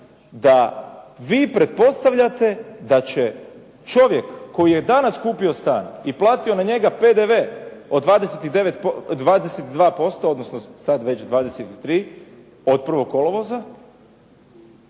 da vi pretpostavljate da će čovjek koji je danas kupio stan i platio na njega PDV od 22%, odnosno sad već 23 od 1. kolovoza